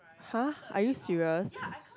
!huh! are you serious